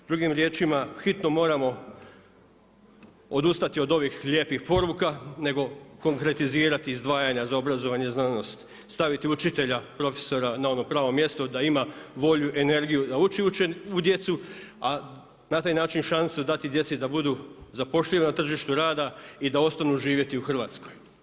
Drugim riječima, hitno moramo odustati od ovih lijepih poruka nego konkretizirati izdvajanja za obrazovanje i znanost, staviti učitelja, profesora na ono pravo mjesto da ima volju, energiju, da uči djecu a na taj način šansu dati djeci da budu zapošljiva na tržištu rada i da ostanu živjeti u Hrvatskoj.